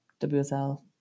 WSL